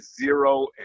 zero